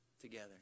together